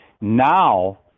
Now